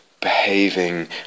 behaving